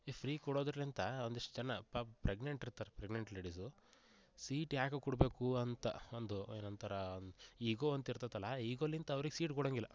ಈ ಫ್ರೀ ಕೊಡೋದರ್ಲಿಂತ ಒಂದಿಷ್ಟು ಜನ ಪಾಪ ಪ್ರೆಗ್ನೆಂಟ್ ಇರ್ತಾರೆ ಪ್ರೆಗ್ನೆಂಟ್ ಲೇಡೀಸು ಸೀಟ್ ಯಾಕೆ ಕೊಡ್ಬೇಕು ಅಂತ ಒಂದು ಏನು ಅಂತಾರೆ ಈಗೋ ಅಂತ ಇರ್ತದೆ ಅಲ್ಲ ಈಗೋಲಿಂತ ಅವ್ರಿಗೆ ಸೀಟ್ ಕೊಡೋಂಗಿಲ್ಲ